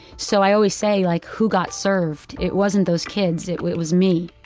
so i always say, like, who got served? it wasn't those kids. it it was me